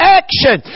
action